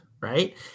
right